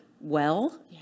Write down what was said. well-